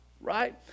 right